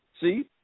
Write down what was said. See